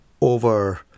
over